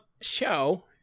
show